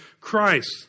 Christ